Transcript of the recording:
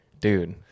Dude